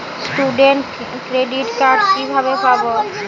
Student credit card কিভাবে পাব?